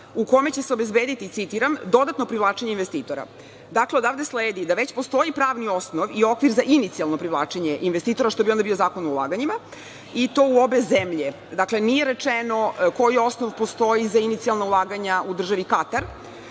u kome će se obezbediti citiram – dodatno privlačenje investitora. Dakle, odavde sledi da već postoji pravni osnov i okvir za inicijalno privlačenje investitora što bi onda bio Zakon o ulaganjima i to u obe zemlje. Dakle, nije rečeno koji osnov postoji za inicijalna ulaganja u državi Katar. Molim